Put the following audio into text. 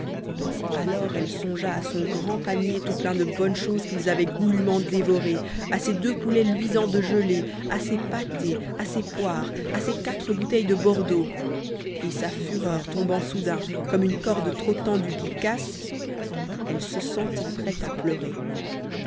alors elle songea à son grand panier tout plein de bonnes choses qu'ils avaient goulûment dévorées à ses deux poulets luisants de gelée à ses pâtés à ses poires à ses quatre bouteilles de bordeaux et sa fureur tombant soudain comme une corde trop tendue qui casse elle se sentit prête à pleurer